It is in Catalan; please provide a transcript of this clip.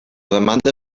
demanda